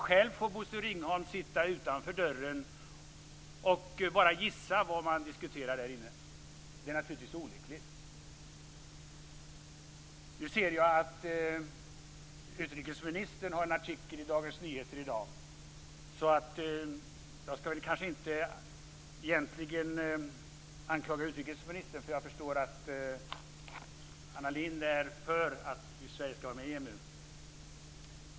Själv får Bosse Ringholm sitta utanför dörren och bara gissa vad man diskuterar där inne. Det är naturligtvis olyckligt. Jag ser att utrikesministern har publicerat en artikel i Dagens Nyheter av i dag. Så jag ska inte anklaga utrikesministern, eftersom jag förstår att Anna Lindh är för att Sverige ska gå med i EMU.